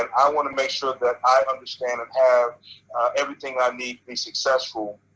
and i want to make sure that i understand and have everything i need to be successful.